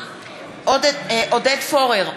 עודד פורר,